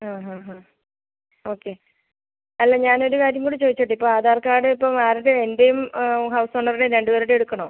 ആ ഹാ ഹാ ഓക്കെ അല്ല ഞാനൊരു കാര്യം കൂടി ചോദിച്ചോട്ടെ ഇപ്പോൾ ആധാർ കാർഡ് ഇപ്പം ആരുടെയാ എൻ്റെയും ഹൗസ് ഓണറുടെയും രണ്ട് പേരുടെയും എടുക്കണോ